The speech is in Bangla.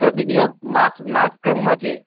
তা মিনিমাম মার্কস মার্কস কেমন আছে